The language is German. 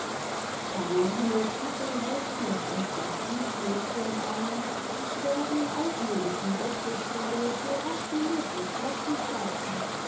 caroline trieb den hausknecht und das dienstmädchen an die schweren altmodischen bettgestelle so rasch wie möglich